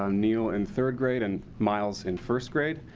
um neil in third grade and miles in first grade.